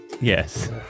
yes